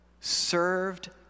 served